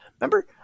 Remember